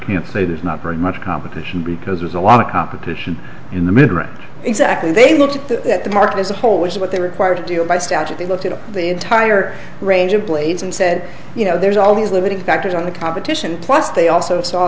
know there's not very much competition because there's a lot of competition in the mid range exactly they looked at the market as a whole which is what they were required to do by statute they looked at the entire range of blades and said you know there's all these limiting factors on the competition plus they also